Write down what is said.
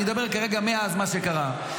אני מדבר כרגע מאז מה שקרה,